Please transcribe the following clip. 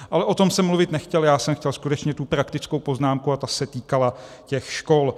Ale o tom jsem mluvit nechtěl, já jsem chtěl skutečně tu praktickou poznámku a ta se týkala těch škol.